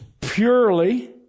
purely